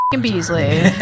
Beasley